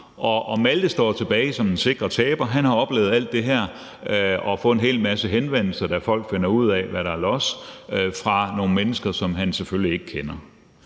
Og Malte står tilbage som den sikre taber, for han har oplevet alt det her og har fået en hel masse henvendelser, da folk finder ud af, hvad der er los, fra nogle mennesker, som han selvfølgelig ikke kender.